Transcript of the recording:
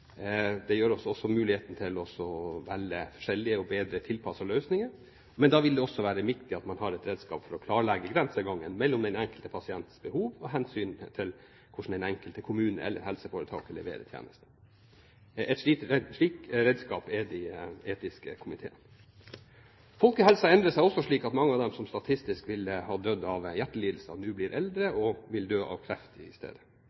Det gir oss også muligheten til å velge forskjellige og bedre tilpassede løsninger, men da vil det være viktig at man har et redskap for å klarlegge grensegangen mellom den enkelte pasients behov og hvordan den enkelte kommune eller helseforetaket leverer tjenesten. Et slikt redskap er de etiske komiteene. Folkehelsa endrer seg også slik at mange av dem som statistisk ville ha dødd av hjertelidelser, nå blir eldre og vil dø av kreft i stedet.